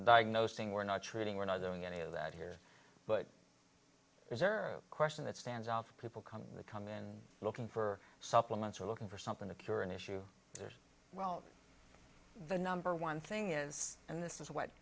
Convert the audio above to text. diagnosing we're not treating we're not doing any of that here but reserve question that stands out people come to come in looking for supplements or looking for something to cure an issue there's well the number one thing is and this is what